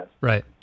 Right